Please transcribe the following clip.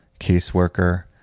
caseworker